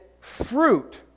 fruit